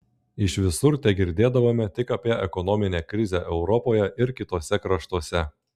iš visur tegirdėdavome tik apie ekonominę krizę europoje ir kituose kraštuose